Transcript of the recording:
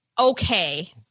okay